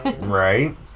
Right